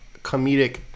comedic